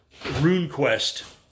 RuneQuest